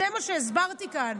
זה מה שהסברתי כאן.